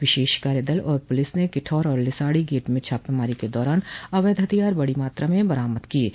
विशेष कार्यदल और पुलिस ने किठौर और लिसाड़ी गेट में छापामारी के दौरान अवैध हथियार बड़ी मात्रा में बरामद किये हैं